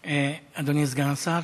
אדוני סגן השר.